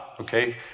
Okay